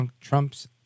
Trump's